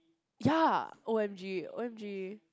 ya O_M_G O_M_G